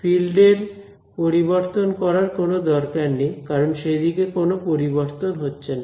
ফিল্ডের পরিবর্তন করার কোন দরকার নেই কারণ সেদিকে কোন পরিবর্তন হচ্ছে না